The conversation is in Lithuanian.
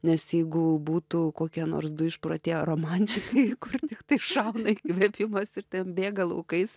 nes jeigu būtų kokie nors du išprotėję romantikai kur tai šauna įkvėpimas ir bėga laukais